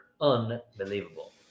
unbelievable